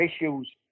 issues